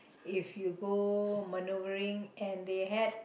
if you go manoeuvering and they had